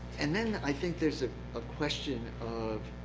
and then i think there is ah a question of,